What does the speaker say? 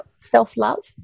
self-love